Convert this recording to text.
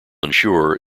ensure